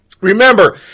Remember